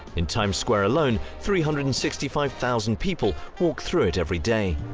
in times square alone, three hundred and sixty five thousand people walk through it every day.